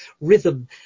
rhythm